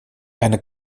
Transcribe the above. eine